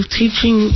teaching